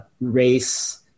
race